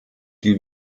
die